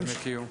מה הטווחים?